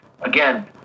again